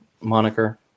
moniker